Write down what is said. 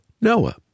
Noah